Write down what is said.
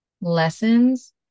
lessons